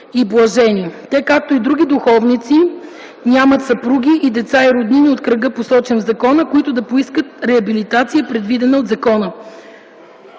Те, както и други духовници, те нямат съпруги и деца и роднини от кръга посочен в закона, които да поискат реабилитацията, предвидена от закона.